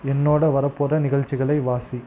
என்னோட வரப்போகிற நிகழ்ச்சிகளை வாசி